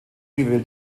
will